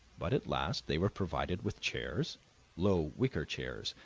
but at last they were provided with chairs low, wicker chairs,